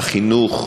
החינוך,